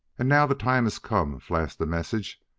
and now the time has come, flashed the message.